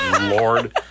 lord